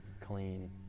clean